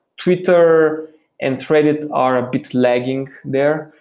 twitter and reddit are a bit lagging there.